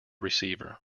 receiver